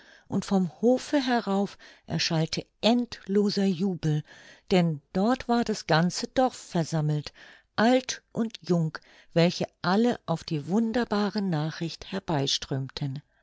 und vom hofe herauf erschallte endloser jubel denn dort war das ganze dorf versammelt alt und jung welche alle auf die wunderbare nachricht